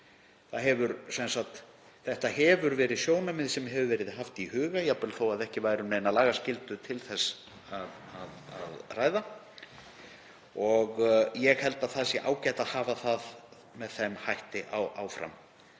Þetta sjónarmið hefur verið haft í huga, jafnvel þó að ekki hafi verið um neina lagaskyldu til þess að ræða og ég held að það sé ágætt að hafa það með þeim hætti áfram.